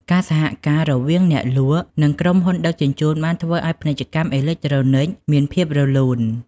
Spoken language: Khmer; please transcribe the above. ការសហការរវាងអ្នកលក់និងក្រុមហ៊ុនដឹកជញ្ជូនបានធ្វើឱ្យពាណិជ្ជកម្មអេឡិចត្រូនិកមានភាពរលូន។